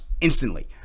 instantly